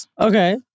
Okay